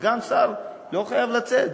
סגן שר לא חייב לצאת.